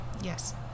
Yes